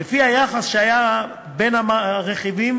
לפי היחס שהיה בין הרכיבים,